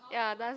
ya does